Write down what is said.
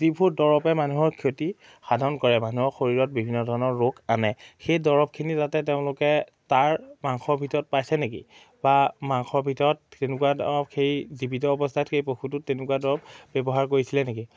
যিবোৰ দৰৱে মানুহৰ ক্ষতি সাধন কৰে মানুহৰ শৰীৰত বিভিন্ন ধৰণৰ ৰোগ আনে সেই দৰৱখিনি যাতে তেওঁলোকে তাৰ মাংসৰ ভিতৰত পাইছে নেকি বা মাংসৰ ভিতৰত তেনেকুৱা ধৰক সেই জীৱিত অৱস্থাত সেই পশুটোত তেনেকুৱা দৰৱ ব্যৱহাৰ কৰিছিলে নেকি